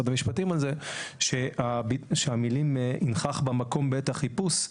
המשפטים שהמילים: "ינכח במקום בעת החיפוש"